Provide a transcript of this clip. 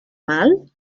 mal